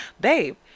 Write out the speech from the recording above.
babe